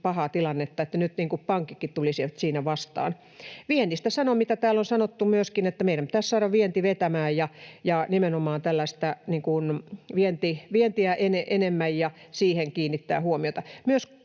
pahaa tilannetta vaan nyt pankitkin tulisivat siinä vastaan. Viennistä sanon, mitä täällä on sanottu myöskin, että meidän pitäisi saada vienti vetämään, nimenomaan vientiä enemmän ja siihen tulee kiinnittää huomiota. Myös